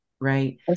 Right